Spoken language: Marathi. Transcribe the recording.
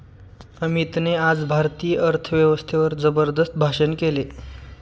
अमितने आज भारतीय अर्थव्यवस्थेवर जबरदस्त भाषण केले